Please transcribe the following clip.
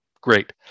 great